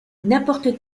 n’importe